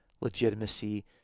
legitimacy